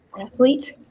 athlete